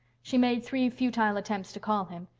she made three futile attempts to call him.